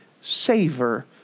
savor